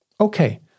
Okay